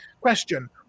Question